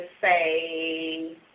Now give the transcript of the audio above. say